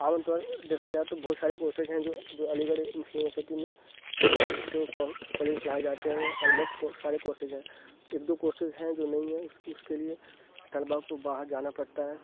عام طور پر دیکھا جائے تو بہت سارے کورسیز ہیں جو جو علی گڑھ مسلم یونیورسٹی میں ہیں جو کال کالج پڑھائے جاتے ہیں وہ آلموسٹ کو سارے کورسیز ہیں ایک دو کورسیز ہیں جو نہیں ہیں اس کے اس کے لیے طلبا کو باہر جانا پڑتا ہے